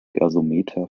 gasometer